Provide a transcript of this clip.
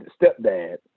stepdad